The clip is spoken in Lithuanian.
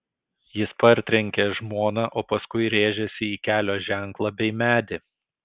jis partrenkė žmoną o paskui rėžėsi į kelio ženklą bei medį